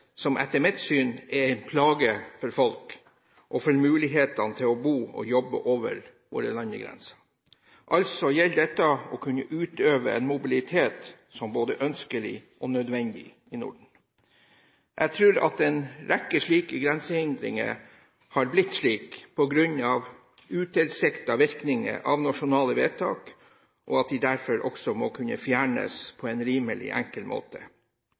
som etter mitt syn er en plage for folk og for mulighetene til å bo og jobbe over våre landegrenser. Altså gjelder det å kunne utøve en mobilitet som både er ønskelig og nødvendig i Norden. Jeg tror at en rekke slike grensehindringer har blitt slik på grunn av utilsiktede virkninger av nasjonale vedtak, og at de derfor også må kunne fjernes på en rimelig enkel måte.